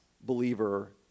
believer